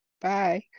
Bye